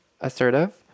assertive